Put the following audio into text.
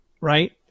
right